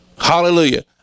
Hallelujah